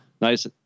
nice